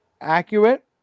accurate